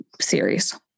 series